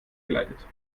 geleitet